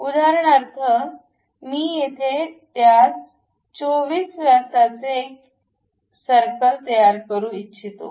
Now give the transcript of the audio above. उदाहरणार्थ मी येथे त्यास 24 व्यासाचे एकक एक सर्कल तयार करू इच्छितो